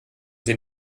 sie